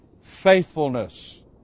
faithfulness